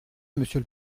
monsieur